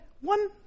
one